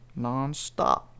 nonstop